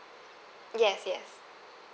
yes yes